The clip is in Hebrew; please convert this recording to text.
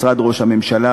משרד ראש הממשלה,